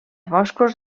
boscos